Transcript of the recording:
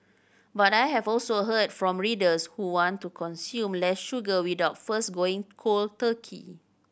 but I have also heard from readers who want to consume less sugar without first going cold turkey